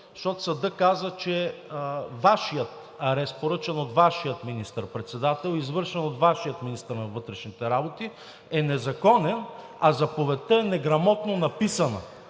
защото съдът каза, че Вашият арест, поръчан от Вашия министър-председател, извършен от Вашия министър на вътрешните работи, е незаконен, а заповедта е неграмотно написана!